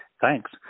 thanks